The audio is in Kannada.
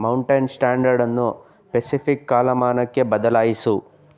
ಮೌಂಟೇನ್ ಸ್ಟ್ಯಾಂಡರ್ಡನ್ನು ಪೆಸಿಫಿಕ್ ಕಾಲಮಾನಕ್ಕೆ ಬದಲಾಯಿಸು